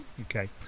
Okay